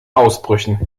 ausbrüchen